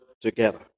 together